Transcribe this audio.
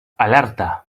alerta